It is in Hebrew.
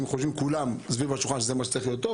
אם כולם סביב השולחן חושבים שזה מה שצריך להיות,